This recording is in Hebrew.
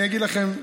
אני אגיד לכם,